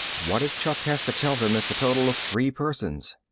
what if chuck has to tell them it's a total of three persons?